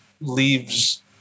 leaves